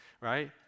right